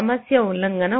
ఇది నిజం మరియు ఇది అబద్ధం